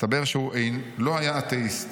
מסתבר שהוא לא היה אתאיסט.